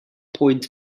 pwynt